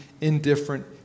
indifferent